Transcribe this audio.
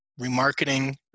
remarketing